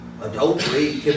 Adultery